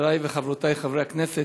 חברי וחברותי חברי הכנסת,